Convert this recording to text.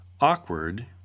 Awkward